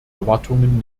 erwartungen